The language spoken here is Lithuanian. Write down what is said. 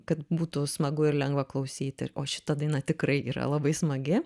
kad būtų smagu ir lengva klausyti o šita daina tikrai yra labai smagi